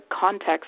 context